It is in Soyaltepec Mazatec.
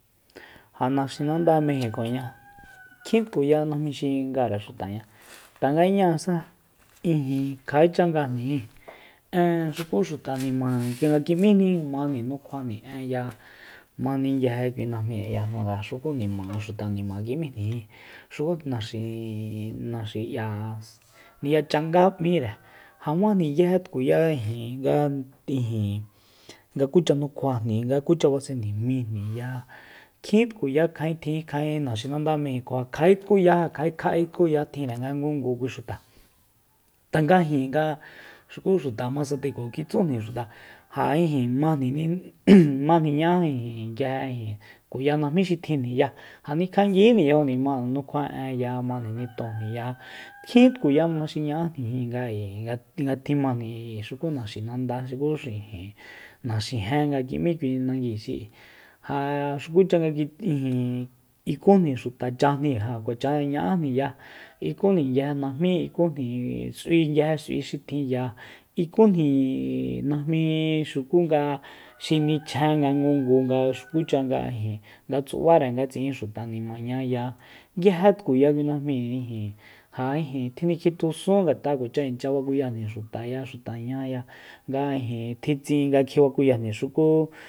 Ja naxinanda mejicoña kjintkuya najmi xi ngare xutaña tanga ñáasa ijin kja'écha ngajni jin en xuku xuta nimajni kjianga ki'míni majni nukjuajni énya majni nguije kui najmí ayajnu nga xuku nima ja xuta nima ki'míjnijin xuku naxi- naxi k'ia ni'ya changá m'íre ja majni nguije tkuya ijin nga ijin nga kucha nukjuajni nga kucha basenejmijniya kjin tkuya kjaen tjin kja'e naxinanda mejiko ja kja'etkuya ja kja'e kja'etkuya tjinre nga ngungu kui xuta tanga jin ga xuku xuta masateco kitsújni xuta ja ijin majni ña'á nguije tkuya najmí xi tjinjniya ja nikja'anguijíjni yajojni mani nukjua en majni nitonjniya kjin tkuyama xi ña'anjnijin nga inga tjimajniji k'ui xuku naxinanda xuku xi ijin naxijen nga ki'mí kui nagui xi'i ja xukucha nga kit ijin ikújni xitachájni ja kuacha ña'ájniya ikujni nguije najmí ikujni s'ui nguije s'ui xi tjinya ikujni najmi xukunga xinichjen nga ngungu nga xukucha nga ijin nga tsubare nga tsi'in xuta nimañaya nguije tkuya kui najmíi ijin ja ijin tjinikitjusun ngat'a kuacha ichya bakuyajni xuta xutañaya nga tjin tsin nga kjibakuyanjni xuku